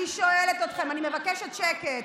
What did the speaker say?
אני שואלת אתכם, אני מבקשת שקט.